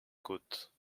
côte